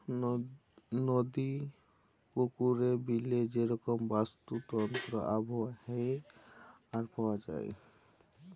নদি, পুকুরে, বিলে যে রকম বাস্তুতন্ত্র আবহাওয়া হ্যয়ে আর পাওয়া যায়